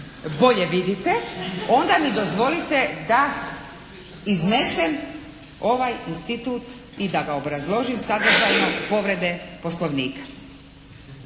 bolje vidite onda mi dozvolite da iznesem ovaj institut i da ga obrazložim sadržajno povrede Poslovnika.